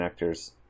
connectors